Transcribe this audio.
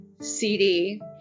CD